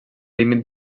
límit